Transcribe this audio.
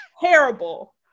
terrible